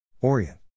Orient